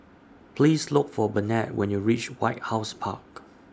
Please Look For Burnett when YOU REACH White House Park